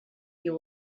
you